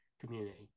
community